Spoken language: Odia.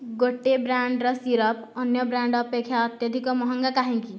ଗୋଟିଏ ବ୍ରାଣ୍ଡ୍ର ସିରପ୍ ଅନ୍ୟ ବ୍ରାଣ୍ଡ୍ ଅପେକ୍ଷା ଅତ୍ୟଧିକ ମହଙ୍ଗା କାହିଁକି